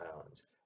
pounds